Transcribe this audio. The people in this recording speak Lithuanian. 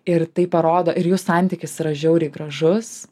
ir tai parodo ir jų santykis yra žiauriai gražus